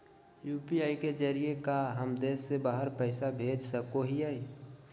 UPI के जरिए का हम देश से बाहर पैसा भेज सको हियय?